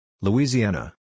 Louisiana